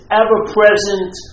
ever-present